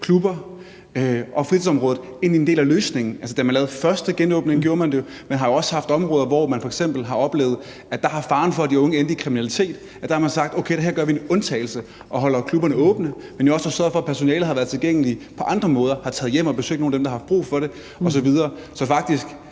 klubber og fritidsområdet ind i løsningen. Det gjorde man jo, da man lavede første genåbning, og der har jo også været områder, hvor man f.eks. har oplevet, at faren for, at de unge endte i kriminalitet, har betydet, at man sagt, at man her ville gøre en undtagelse og holde klubberne åbne, og man har også har sørget for, at personalet har været tilgængeligt på andre måder, f.eks. ved at tage hjem og besøge nogle af dem, der har haft brug for det osv. Så ja,